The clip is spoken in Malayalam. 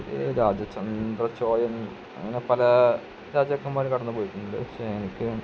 രാജചന്ദ്ര ചോളൻ അങ്ങനെ പല രാജാക്കന്മാരും കടന്നുപോയിട്ടുണ്ട് പക്ഷെ എനിക്ക്